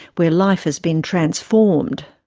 where life has been transformed.